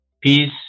peace